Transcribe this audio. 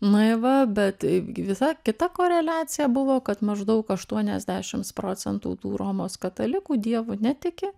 na i va bet visa kita koreliacija buvo kad maždaug aštuoniasdešimts procentų tų romos katalikų dievu netiki